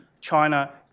China